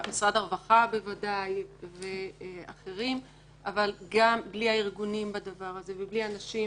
משרד הרווחה בוודאי ואחרים אבל גם בלי הארגונים בדבר הזה ובלי האנשים